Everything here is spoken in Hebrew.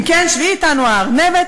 אם כן, שבי אתנו הארנבת.